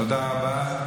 תודה רבה.